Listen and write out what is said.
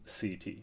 CT